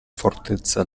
fortezza